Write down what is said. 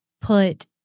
put